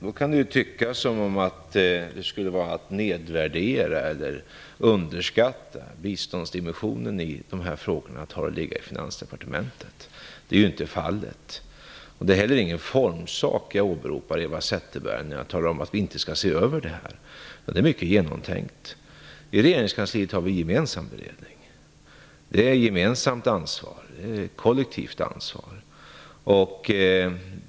Det kan tyckas som att man nedvärderar eller underskattar biståndsdimensionen i dessa frågor genom att ha dem liggande hos Finansdepartementet. Så är inte fallet. Det är heller ingen formsak som jag åberopar, Eva Zetterberg, när jag talar om att vi inte skall se över detta. Det är mycket genomtänkt. I regeringskansliet har vi en gemensam beredning. Det finns ett gemensamt, kollektivt ansvar.